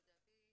לדעתי,